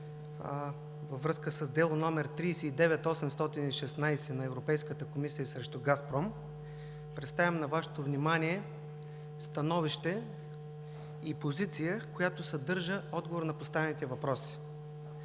във връзка с дело № 39816 на Европейската комисия срещу „Газпром“ представям на Вашето внимание становище и позиция, която съдържа отговор на поставените въпроси.